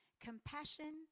Compassion